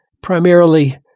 primarily